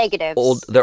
old